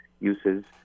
uses